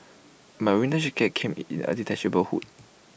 my winter jacket came with A detachable hood